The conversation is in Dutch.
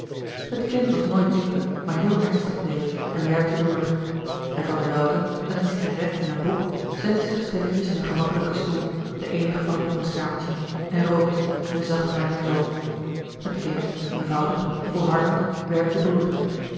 het kind was nooit dupe maar heel ernstig bleef het en werkte door en van der louis couperus de boeken der kleine zielen welcke met een cigarette en een boek zette zich stilletjes in den gemakkelijken stoel den eenigen van het jongenskamertje en rookte en zag naar zijn zoon het kind eenvoudig volhardend werkte door